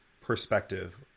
perspective